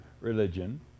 religion